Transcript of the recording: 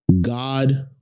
God